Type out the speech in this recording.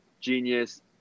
Genius